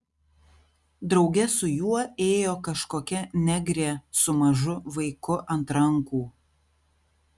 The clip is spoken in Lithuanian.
drauge su juo ėjo kažkokia negrė su mažu vaiku ant rankų